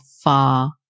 far